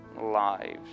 lives